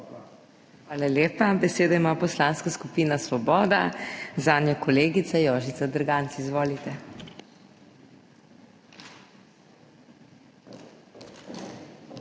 Hvala lepa. Besedo ima Poslanska skupina Svoboda, zanjo kolegica Jožica Derganc. Izvolite.